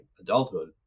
adulthood